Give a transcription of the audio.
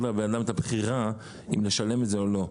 לבן אדם את הבחירה אם לשלם את זה או לא.